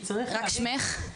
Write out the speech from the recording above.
נכון, רק שמך.